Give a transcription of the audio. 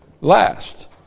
last